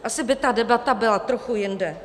Asi by ta debata byla trochu jinde.